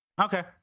Okay